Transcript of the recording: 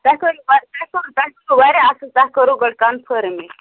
تۄہہِ کوٚروٕ بیسٹ تۅہہِ کوٚروٕ بیسٹ یہِ گوٚو واریاہ اَصٕل تُہۍ کوٚروٕ گۅڈٕ کَنٔفٲرٕم یہِ